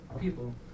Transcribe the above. people